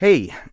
Hey